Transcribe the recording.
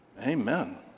amen